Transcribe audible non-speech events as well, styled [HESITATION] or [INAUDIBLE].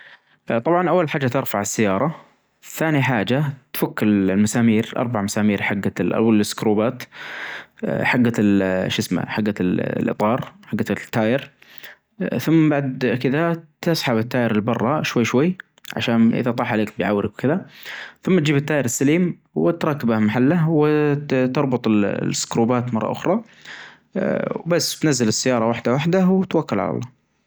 أول حاچة تشترى قطعة الأثاث، ثانى حاچة تقظيلها مكان توجدلها مساحة كافية مناسبة، ثالث حاجه تقرأ-ثالث حاچة تقرأ ال-ال-المانيوال حجها كيفية تركيبها وكيفية إستخدامها وكدا، أتأكد أنتك عندك الأدوات الكافية من [HESITATION] سكروبات و [HESITATION] مطارج وكدا، ثم نتوكل على الله أمشى مع الخطوات واحدة واحدة بتوصل.